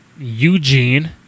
Eugene